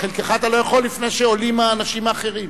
חלקך לא יכול להיות לפני שעולים האנשים האחרים.